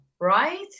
right